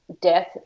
Death